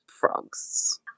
frogs